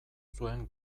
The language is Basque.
zuen